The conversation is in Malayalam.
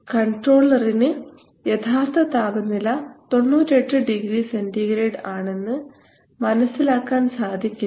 കൺട്രോളറിന് യഥാർത്ഥ താപനില 98 ഡിഗ്രി സെൻറിഗ്രേഡ് ആണെന്ന് മനസ്സിലാക്കാൻ സാധിക്കില്ല